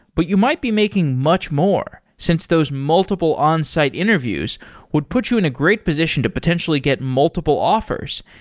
but you might be making much more since those multiple onsite interviews would put you in a great position to potentially get multiple offers,